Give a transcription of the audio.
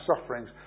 sufferings